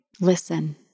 Listen